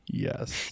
Yes